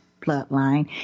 bloodline